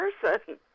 person